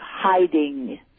hiding